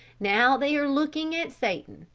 now they are looking at satan,